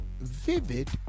vivid